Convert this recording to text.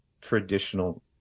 traditional